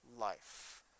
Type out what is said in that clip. life